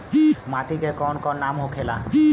माटी के कौन कौन नाम होखेला?